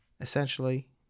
Essentially